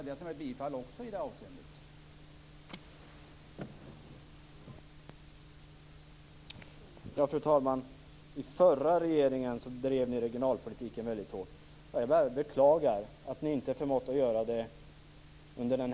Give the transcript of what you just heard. Så i det fallet blev det också bifall.